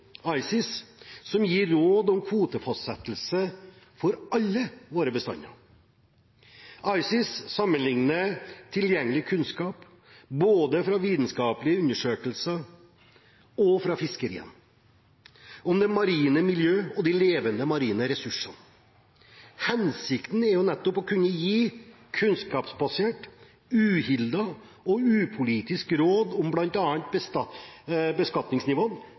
ICES, som gir råd om kvotefastsettelse for alle våre bestander. ICES sammenlikner tilgjengelig kunnskap både fra vitenskapelige undersøkelser og fra fiskeriene om det marine miljø og de levende marine ressursene. Hensikten er nettopp å kunne gi kunnskapsbasert, uhildet og upolitisk råd om bl.a. beskatningsnivå